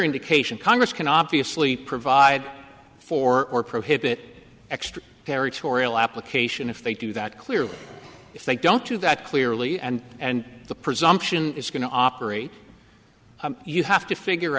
indication congress can obviously provide for or prohibit extra character tauriel application if they do that clearly if they don't do that clearly and and the presumption is going to operate you have to figure